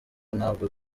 ntabwo